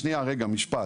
שנייה, רגע, משפט.